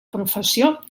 professió